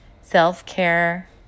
self-care